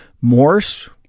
Morse